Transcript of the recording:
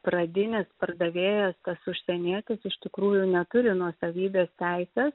pradinis pardavėjas tas užsienietis iš tikrųjų neturi nuosavybės teisės